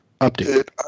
update